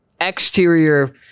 exterior